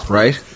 right